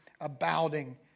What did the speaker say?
abounding